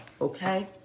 Okay